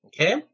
Okay